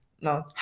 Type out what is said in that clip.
no